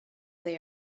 they